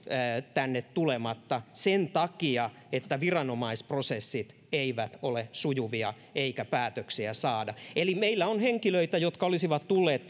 tänne tulematta sen takia että viranomaisprosessit eivät ole sujuvia eikä päätöksiä saada eli meillä on henkilöitä jotka olisivat tulleet